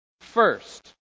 first